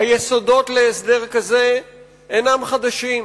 היסודות להסדר כזה אינם חדשים,